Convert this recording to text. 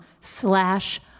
slash